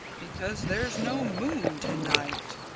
because there's no moon to-night.